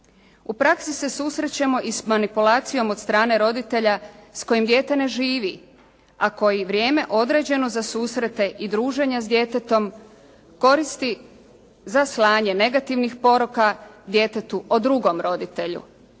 U praksi se susrećemo i s manipulacijom od strane roditelja s kojim dijete ne živi, a koji vrijeme određeno za susrete i druženja s djetetom koristi za slanje negativnih poruka djetetu o drugom roditelju,